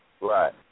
right